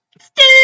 Steve